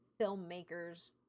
filmmakers